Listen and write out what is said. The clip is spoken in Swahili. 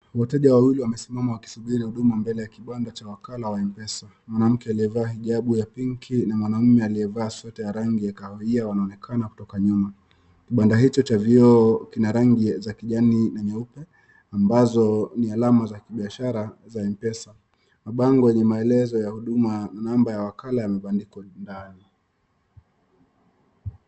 Wateja wawili wamesimama wakisubiri huduma mbele ya kibanda wakala cha Mpesa, mwanamke alie vaa hijabu ya pinki na mwanaume alievaa sweta ya rangi ya kahawia anaonekana kutoka nyuma. Kibanda hicho cha vioo kina rangi ya kijani na nyeupe ambazo ni alama za kibiashara za Mpesa. Mabango yenye maelekezo namba ya wakala yamebandikwa ndani.